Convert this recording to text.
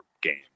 game